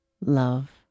love